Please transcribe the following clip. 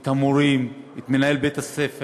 את המורים, את מנהל בית-הספר,